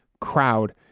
crowd